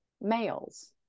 males